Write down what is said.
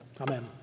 amen